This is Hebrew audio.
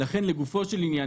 לגופו של עניין,